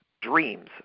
dreams